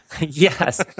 Yes